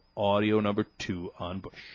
on your number two on but